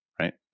Right